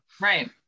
Right